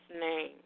Name